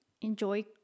enjoy